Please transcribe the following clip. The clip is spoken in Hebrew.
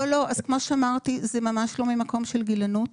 לא, אז כמו שאמרתי, זה ממש לא ממקום של גילנות,